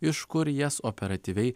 iš kur jas operatyviai